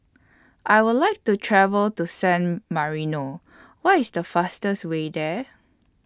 I Would like to travel to San Marino What IS The fastest Way There